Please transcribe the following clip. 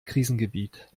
krisengebiet